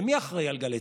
אבידר?